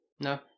No